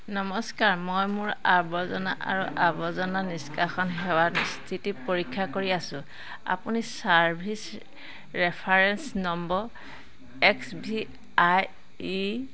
নমস্কাৰ মই মোৰ আৱৰ্জনা আৰু আৱৰ্জনা নিষ্কাশন সেৱাৰ স্থিতি পৰীক্ষা কৰি আছোঁ আপুনি service reference number X V I E